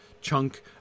chunk